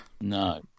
No